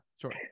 sure